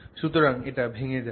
সুতরাং এটা ভেঙ্গে যায়